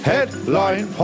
Headline